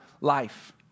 life